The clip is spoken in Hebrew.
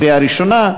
לקריאה ראשונה.